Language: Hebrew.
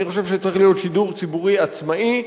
אני חושב שצריך להיות שידור ציבורי עצמאי.